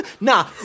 Nah